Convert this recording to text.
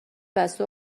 بسته